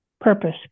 purpose